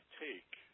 take